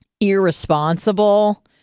irresponsible